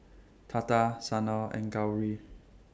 Tata Sanal and Gauri